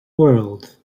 world